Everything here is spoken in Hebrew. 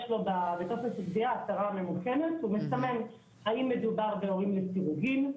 יש לו בטופס התביעה הצהרה ממוקמת והוא מסמן האם מדובר בהורים לסירוגין.